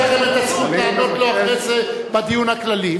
יש לכם זכות לענות לו אחרי זה בדיון הכללי.